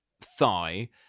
thigh